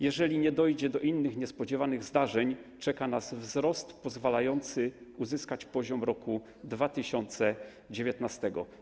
Jeżeli nie dojdzie do innych niespodziewanych zdarzeń, czeka nas wzrost pozwalający uzyskać poziom roku 2019.